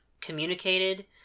communicated